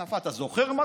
לי אמרת, כשדיברתי כאן.